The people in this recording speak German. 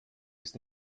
ist